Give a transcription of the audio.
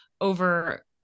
over